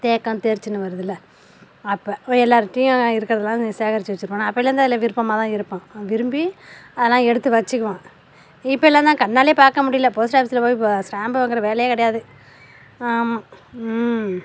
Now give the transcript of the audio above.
தேக்கம் தேர்ச்சினு வருதுலை அப்போ எல்லாருகிட்டையும் இருக்கிறதெல்லாம் சேகரிச்சு வச்சுருப்போம் அப்போலேருந்து அதில் விருப்பமாகதான் இருப்பேன் விரும்பி அதெல்லாம் எடுத்து வச்சுக்குவேன் இப்போலாந்தான் கண்ணால் பார்க்கமுடியல போஸ்ட்டாஃபீஸில் போய் இப்போ ஸ்டாம்பு வாங்குகிற வேலையே கிடையாது ஆமாம்